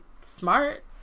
smart